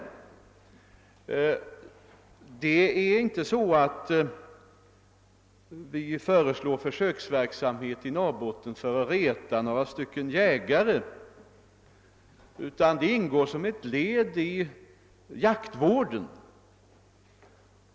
Vi föreslår inte försöksverksamhet i Norrbotten för att reta några jägare, utan den ingår som ett led i jaktvården.